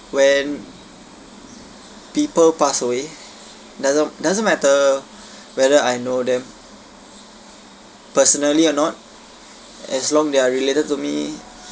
when people pass away doesn't doesn't matter whether I know them personally or not as long they are related to me